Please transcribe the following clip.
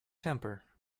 temper